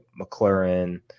McLaren